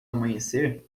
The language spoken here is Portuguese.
amanhecer